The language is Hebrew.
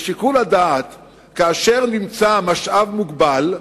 של שיקול הדעת כאשר יש משאב מוגבל,